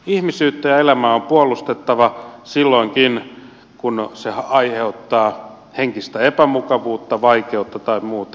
ihmisyyttä ja elämää on puolustettava silloinkin kun se aiheuttaa henkistä epämukavuutta vaikeutta tai muuta